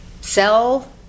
sell